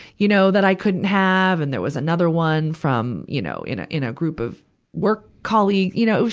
you know, that i couldn't have. and there was another one from, you know, in a, in a group of work colleagues. you know,